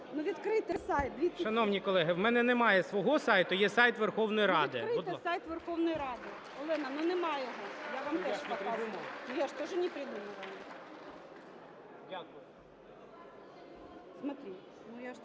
Шановні колеги, у мене немає свого сайту, є сайт Верховної Ради.